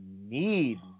need